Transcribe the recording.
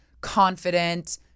confident